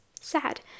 sad